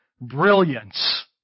brilliance